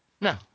no